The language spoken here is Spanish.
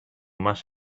más